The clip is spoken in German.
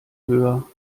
höher